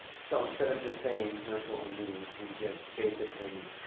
so instead of just saying, here's what we need, we get basically